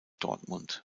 dortmund